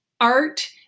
art